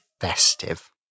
festive